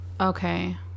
okay